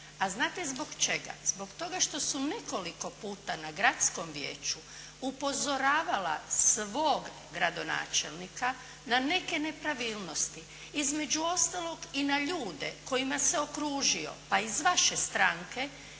a znate zbog čega? Zbog toga što su nekoliko puta na gradskom vijeću upozoravala svog gradonačelnika na neke nepravilnosti. Između ostalog i na ljude kojima se okružio, pa iz vaše stranke,